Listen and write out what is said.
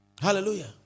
Hallelujah